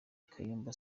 kayumba